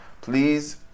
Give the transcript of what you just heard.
please